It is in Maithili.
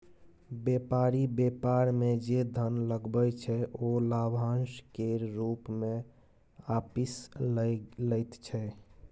बेपारी बेपार मे जे धन लगबै छै ओ लाभाशं केर रुप मे आपिस लए लैत छै